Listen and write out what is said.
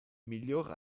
miglior